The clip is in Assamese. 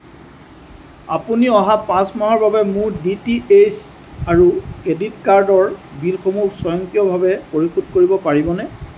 আপুনি অহা পাঁচ মাহৰ বাবে মোৰ ডি টি এইচ আৰু ক্ৰেডিট কাৰ্ডৰ বিলসমূহ স্বয়ংক্ৰিয়ভাৱে পৰিশোধ কৰিব পাৰিবনে